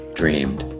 dreamed